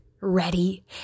ready